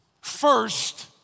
first